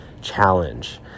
challenge